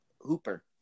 Hooper